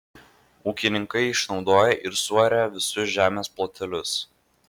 ūkininkai išnaudoja ir suaria visus žemės plotelius